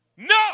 No